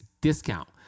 discount